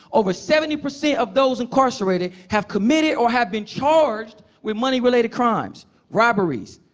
over seventy percent of those incarcerated have committed or have been charged with money-related crimes robberies,